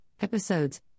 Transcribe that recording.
Episodes